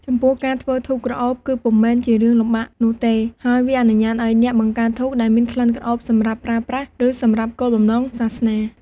ចំពោះការធ្វើធូបក្រអូបគឺពុំមែនជារឿងពិបាកនោះទេហើយវាអនុញ្ញាតឱ្យអ្នកបង្កើតធូបដែលមានក្លិនក្រអូបសម្រាប់ប្រើប្រាស់ ឬសម្រាប់គោលបំណងសាសនា។